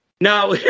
Now